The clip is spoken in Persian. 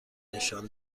نشان